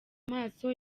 maso